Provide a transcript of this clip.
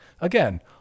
Again